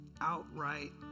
outright